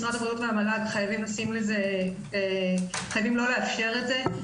משרד הבריאות והמל"ג חייבים לא לאפשר את זה.